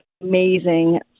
amazing